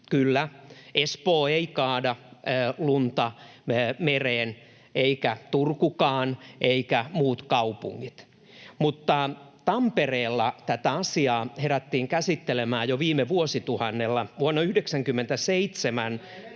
Kyllä, Espoo ei kaada lunta mereen, eikä Turkukaan eivätkä muut kaupungit, mutta Tampereella tätä asiaa herättiin käsittelemään jo viime vuosituhannella.